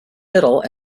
middle